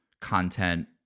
content